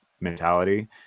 mentality